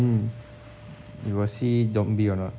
then you got see zombie or not